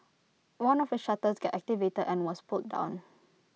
one of the shutters got activated and was pulled down